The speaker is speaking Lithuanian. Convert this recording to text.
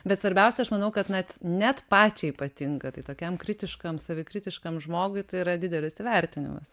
bet svarbiausia aš manau kad na net pačiai patinka tai tokiam kritiškam savikritiškam žmogui tai yra didelis įvertinimas